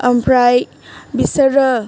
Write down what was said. ओमफ्राय बिसोरो